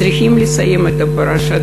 וצריכים לסיים את הפרשה,